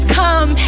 come